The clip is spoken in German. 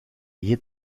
ihr